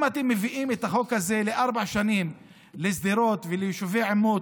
אתם מביאים את החוק הזה לארבע שנים לשדרות וליישובי עימות,